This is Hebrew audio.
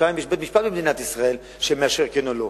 שנית, יש בית-משפט במדינת ישראל שמאשר, כן או לא.